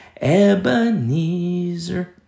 Ebenezer